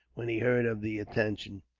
when he heard of the intention,